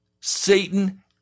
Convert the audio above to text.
Satan